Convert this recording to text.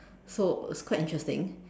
so it's quite interesting